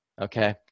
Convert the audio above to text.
Okay